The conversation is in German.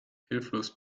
hilflos